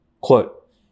Quote